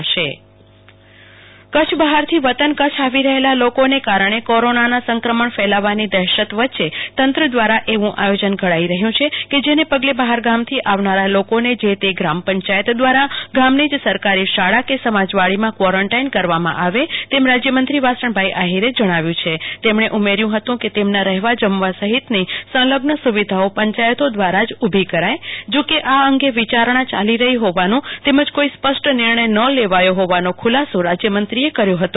કલ્પના શાહ જિલ્લા બહારથી આવતા લોકોને ગ્રામ પંચાયતો દ્રારા ક્વોરન્ટાઈન કરવા રજુઆત કચ્છ બહારથી વતન કચ્છ આવી રહેલા લોકોને કારણે કોરોનાના સંક્રમણ ફેલાવાની દહેશત વચ્ચે તંત્ર દ્રારા એવુ આયોજન ઘડાઈ રહ્યુ છે કે જેને પગલે બહારગામથી આવનારા લોકોને જે તે ગ્રામપંચાયત દ્રારા ગામની સરકારી શાળા કે સમાજવાડીમાં ક્વોરન્ટાઈન કરવામાં આવે તેમ રાજયમંત્રી વાસણભાઈ આહિરે જણાવ્યુ છે તેમણે ઉમેર્યુ હતુ કે તેમના રહેવા જમવા સહિતની સંલગ્ન સુવિધાઓ પંચાયતો દ્રારા જ ઉભી કરાય જો કે આ અંગે વિયારણા યાલી રહી હોવાનું તેમજ કોઈ સ્પષ્ટ નિર્ણય ન લેવાયો હોવાનો ખુલાસો રાજયમંત્રીએ કર્યો હતો